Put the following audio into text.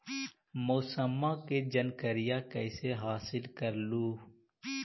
मौसमा के जनकरिया कैसे हासिल कर हू?